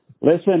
Listen